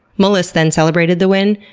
mullis then celebrated the win.